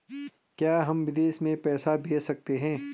क्या हम विदेश में पैसे भेज सकते हैं?